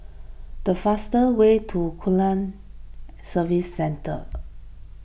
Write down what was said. the fastest way to Aquaculture Services Centre